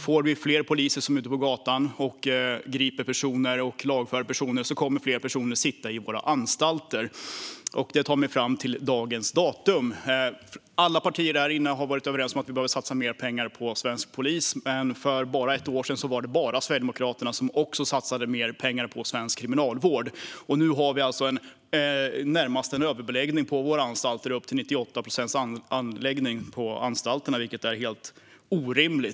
Får vi fler poliser som är ute på gatan och griper och lagför personer kommer fler personer att sitta på våra anstalter. Detta tar mig fram till dagens datum. Alla partier här inne har varit överens om att vi behöver satsa mer pengar på svensk polis, men för bara ett år sedan var det bara Sverigedemokraterna som också satsade mer pengar på svensk kriminalvård. Nu har vi alltså närmast en överbeläggning på våra anstalter - beläggningen är upp till 98 procent, vilket är helt orimligt.